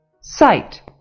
sight